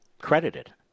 Credited